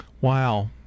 Wow